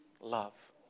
love